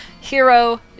Hero